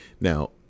now